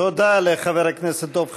תודה לחבר הכנסת דב חנין.